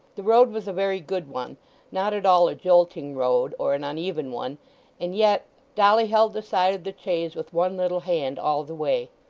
the road was a very good one not at all a jolting road, or an uneven one and yet dolly held the side of the chaise with one little hand, all the way.